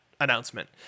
announcement